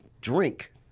drink